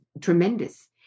tremendous